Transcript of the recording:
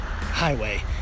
Highway